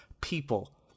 people